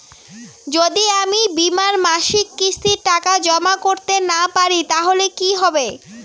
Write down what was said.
যদি আমি বীমার মাসিক কিস্তির টাকা জমা করতে না পারি তাহলে কি হবে?